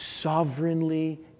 Sovereignly